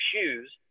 shoes